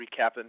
recapping